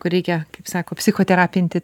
kur reikia kaip sako psichoterapinti